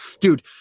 dude